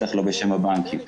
בטח לא בשם הבנקים.